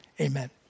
Amen